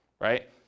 right